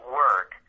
work